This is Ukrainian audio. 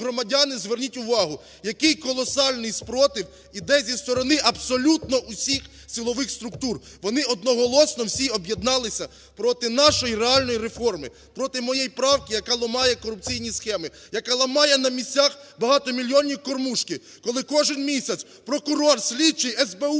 зверніть увагу, який колосальний спротив іде зі сторони абсолютно всіх силових структур. Вони одноголосно всі об'єдналися проти нашої реальної реформи, проти моєї правки, яка ламає корупційні схеми, яка ламає на місцях багатомільйонні кормушки. Коли кожен місяць прокурор, слідчий, есбеушник